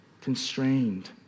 constrained